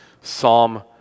Psalm